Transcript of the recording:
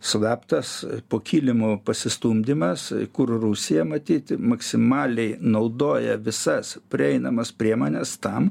slaptas po kilimu pasistumdymas kur rusija matyt maksimaliai naudoja visas prieinamas priemones tam